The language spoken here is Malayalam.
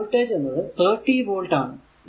ഈ വോൾടേജ് എന്നത് 30 വോൾട് ആണ്